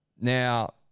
Now